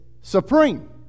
supreme